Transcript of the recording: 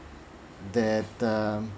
that um